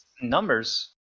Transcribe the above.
numbers